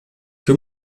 que